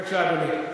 בבקשה, אדוני.